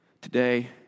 Today